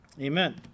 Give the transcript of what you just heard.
Amen